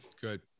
Good